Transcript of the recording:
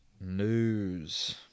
news